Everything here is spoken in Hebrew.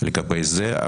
לגבי זה.